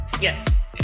Yes